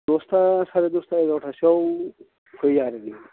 दसता सारे दसता एगार'तासोआव फै आरो नोङो